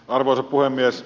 arvoisa puhemies